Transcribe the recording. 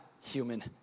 human